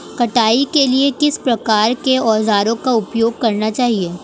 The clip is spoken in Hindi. कटाई के लिए किस प्रकार के औज़ारों का उपयोग करना चाहिए?